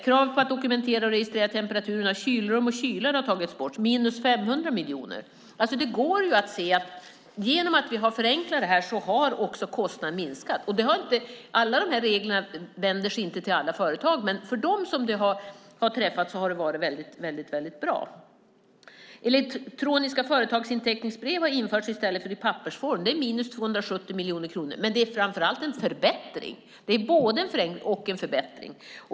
Krav på att dokumentera och registrera temperaturen i kylrum och kylar har tagits bort. Det är minus 500 miljoner. Det går att se att kostnaderna har minskat genom att vi har förenklat. Alla regler vänder sig inte till alla företag, men för dem som det har träffat har det varit bra. Elektroniska företagsinteckningsbrev har införts i stället för i pappersform. Det är minus 270 miljoner kronor, men det är framför allt en förbättring. Det är både en förenkling och en förbättring.